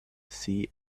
see